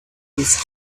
these